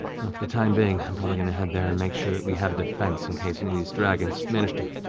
for the time being, i'm probably going to head there and make sure that we have defense in case any of these dragons manage to